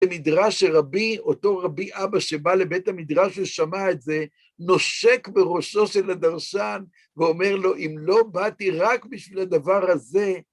במדרש שרבי, אותו רבי אבא שבא לבית המדרש ושמע את זה, נושק בראשו של הדרשן ואומר לו, אם לא באתי רק בשביל הדבר הזה...